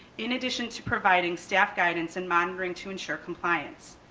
in addition to providing staff guidance and monitoring to ensure compliance.